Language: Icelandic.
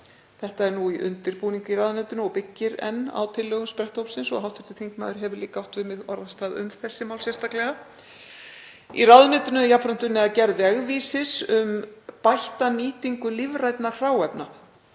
Þetta er nú í undirbúningi í ráðuneytinu og byggir enn á tillögum spretthópsins og hv. þingmaður hefur líka átt við mig orðastað um þessi mál sérstaklega. Í ráðuneytinu er jafnframt unnið að gerð vegvísis um bætta nýtingu lífræns hráefnis.